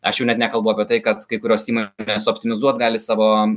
aš jau net nekalbu apie tai kad kai kurios įmonės optimizuot gali savo